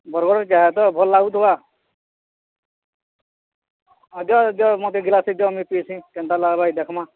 ବରଗଡ଼୍ ଚାହା ତ ଭଲ୍ ଲାଗୁଥିବା ଦିଅ ଦିଅ ମତେ ଗିଲାସେ ଦିଅ ମୁଁ ପିସିଁ କେନ୍ତା ଲାଗ୍ବା ଯେ ଦେଖ୍ମା